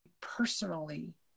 personally